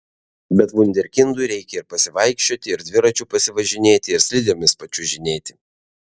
bet vunderkindui reikia ir pasivaikščioti ir dviračiu pasivažinėti ir slidėmis pačiuožinėti